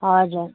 हजुर